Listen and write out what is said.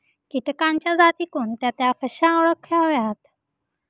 किटकांच्या जाती कोणत्या? त्या कशा ओळखाव्यात?